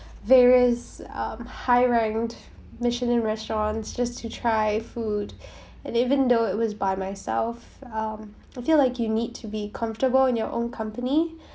various um higher end michelin restaurants just to try food and even though it was by myself um I feel like you need to be comfortable in your own company